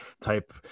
type